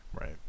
Right